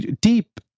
deep